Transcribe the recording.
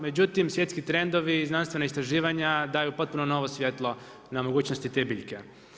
Međutim, svjetski trendovi, znanstvena istraživanja daju potpuno novo svjetlo na mogućnosti te biljke.